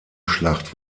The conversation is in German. schlacht